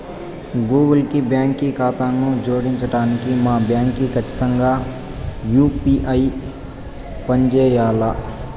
Google కి బాంకీ కాతాను జోడించడానికి మా బాంకీ కచ్చితంగా యూ.పీ.ఐ పంజేయాల్ల